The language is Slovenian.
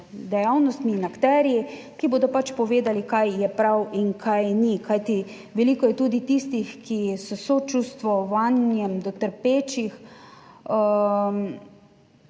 dejavnostmi in akterji, ki bodo pač povedali, kaj je prav in kaj ni. Kajti veliko je tudi tistih, ki s sočustvovanjem do trpečih